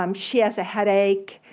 um she has a headache,